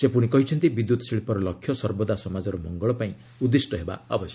ସେ ପୁଣି କହିଛନ୍ତି ବିଦ୍ୟୁତ୍ ଶିଳ୍ପର ଲକ୍ଷ୍ୟ ସର୍ବଦା ସମାଜର ମଙ୍ଗଳ ପାଇଁ ଉଦ୍ଦିଷ୍ଟ ହେବା ଉଚିତ